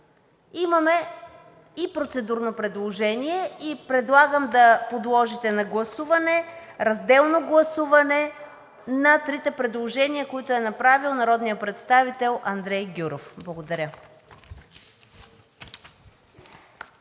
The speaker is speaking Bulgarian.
имаме и процедурно предложение и предлагам да подложите на разделно гласуване трите предложения, които е направил народният представител Андрей Гюров. Благодаря.